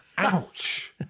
Ouch